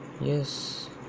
yes